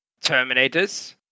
terminators